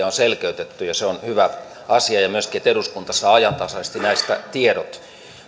on selvästi selkeytetty ja se on hyvä asia ja myöskin että eduskunta saa ajantasaisesti näistä tiedot